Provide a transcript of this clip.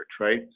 right